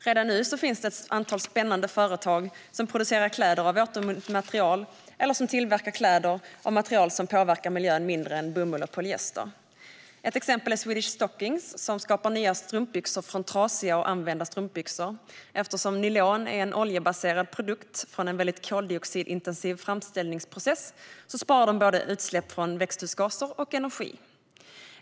Redan nu finns ett antal spännande företag som producerar kläder av återvunnet material eller som tillverkar kläder av material som påverkar miljön mindre än bomull och polyester. Ett exempel är Swedish Stockings, som skapar nya strumpbyxor från trasiga och använda strumpbyxor. Eftersom nylon är en oljebaserad produkt från en väldigt koldioxidintensiv framställningsprocess sparar de både utsläpp av växthusgaser och energi.